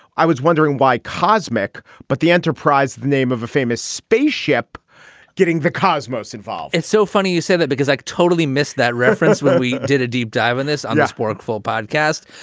i was wondering why cosmic but the enterprise, the name of a famous space ship getting the cosmos involved it's so funny you say that because i totally missed that reference when we did a deep dive in this under sporkful podcast.